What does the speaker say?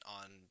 on